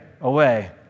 away